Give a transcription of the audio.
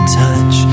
touch